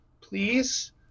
please